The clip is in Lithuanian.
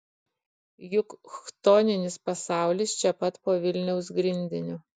juk chtoninis pasaulis čia pat po vilniaus grindiniu